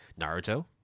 naruto